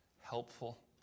helpful